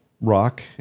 rock